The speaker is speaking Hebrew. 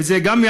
וגם זה יעזור,